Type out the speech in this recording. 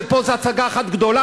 שפה זאת הצגה אחת גדולה,